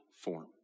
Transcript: form